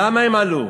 למה הם עלו?